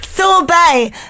Sorbet